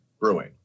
brewing